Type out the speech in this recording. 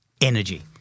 energy